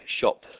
shop